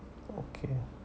okay